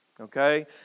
okay